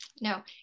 no